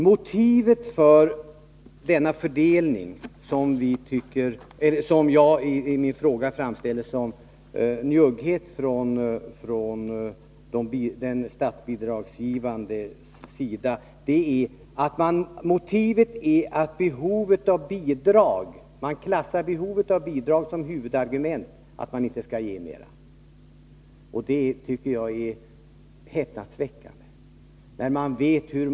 Motivet för denna fördelning — som jag i min fråga framställt som njugghet från den statsbidragsbeviljande myndighetens sida — är att stiftelsen inte är i så stort behov av bidrag. Man använder detta som huvudargument för att inte ge mera. Det tycker jag är häpnadsväckande.